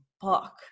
book